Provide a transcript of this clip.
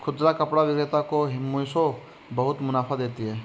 खुदरा कपड़ा विक्रेता को मिशो बहुत मुनाफा देती है